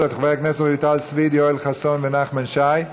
חוק רישוי שירותים ומקצועות בענף הרכב (תיקון מס' 4),